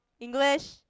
English